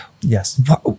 yes